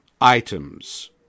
items